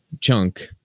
chunk